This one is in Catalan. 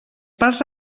parts